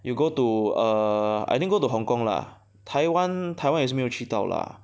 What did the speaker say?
you go to err I didn't go to Hong Kong lah 台湾台湾也是没有去到 lah